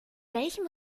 welchem